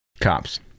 cops